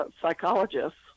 psychologists